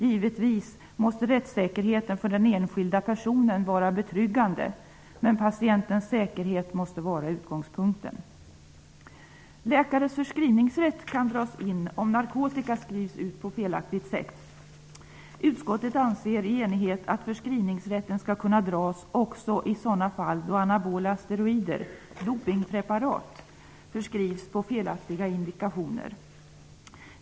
Givetvis måste rättssäkerheten för den enskilda personen vara betryggande, men patientens säkerhet måste vara utgångspunkten. Läkares förskrivningsrätt kan dras in om narkotika skrivs ut på felaktigt sätt. Utskottet anser i enighet att förskrivningsrätten skall kunna dras in också i sådana fall då anabola steroider och dopingpreparat förskrivs på felaktiga indikationer.